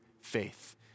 faith